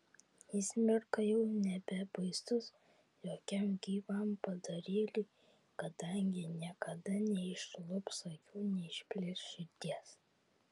jis mirga jau nebebaisus jokiam gyvam padarėliui kadangi niekada neišlups akių neišplėš širdies